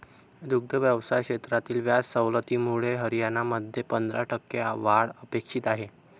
दुग्ध व्यवसाय क्षेत्रातील व्याज सवलतीमुळे हरियाणामध्ये पंधरा टक्के वाढ अपेक्षित आहे